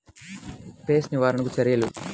Pest నివారణకు చర్యలు?